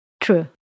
True